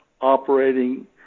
operating